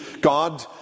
God